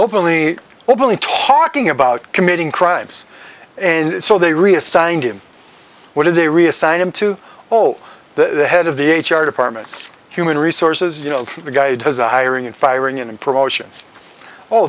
openly openly talking about committing crimes and so they reassigned him what did they reassigned him to all the head of the h r department human resources you know the guy does the hiring and firing and promotions